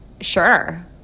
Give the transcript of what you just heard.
sure